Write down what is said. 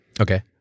Okay